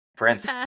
Prince